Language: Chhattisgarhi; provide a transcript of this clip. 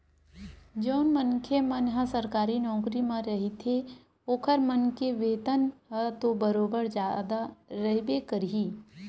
जउन मनखे मन ह सरकारी नौकरी म रहिथे ओखर मन के वेतन ह तो बरोबर जादा रहिबे करही